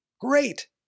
Great